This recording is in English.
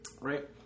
Right